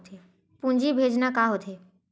पूंजी भेजना का होथे?